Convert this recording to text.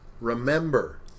Remember